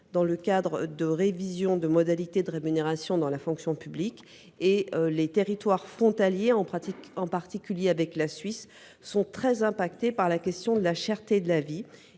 dans le cadre d’une révision des modalités de rémunération dans la fonction publique. Les territoires frontaliers, en particulier avec la Suisse, sont très affectés par la cherté de la vie.